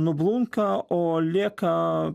nublunka o lieka